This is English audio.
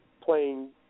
playing